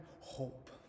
hope